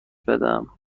بدم